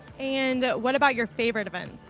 and what about your favorite event?